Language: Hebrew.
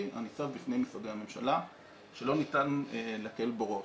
הניצב בפני משרדי הממשלה שלא ניתן להקל בו ראש.